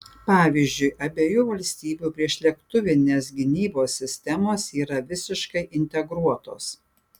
pavyzdžiui abiejų valstybių priešlėktuvinės gynybos sistemos yra visiškai integruotos